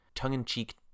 tongue-in-cheek